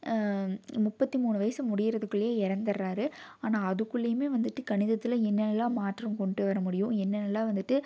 முப்பத்து மூணு வயது முடிகிறதுக்குள்ளயே இறந்துடுறார் ஆனால் அதுக்குள்ளேயுமே வந்துட்டு கணிதத்தில் என்னென்னலாம் மாற்றம் கொண்டுட்டு வர முடியும் என்னென்னலாம் வந்துட்டு